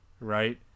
right